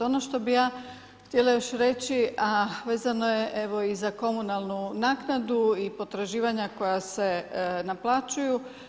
Ono što bi ja htjela još reći, a vezano je evo i za komunalnu naknadu i potraživanja koja se naplaćuju.